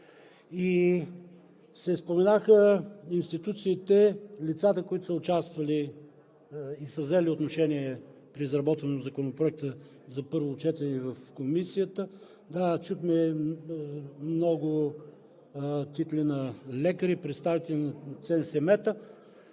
Споменаха се институциите, лицата, които са участвали и са взели отношение при изработването на Законопроекта за първо четене в Комисията. Да, чухме много титли на лекари, представители на ЦСМП-та,